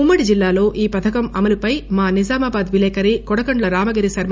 ఉమ్మడి జిల్లా లో ఈ పధకం అమలు పై మా నిజామాబాద్ విలేకరి కోడగందల రామగిరి శర్మ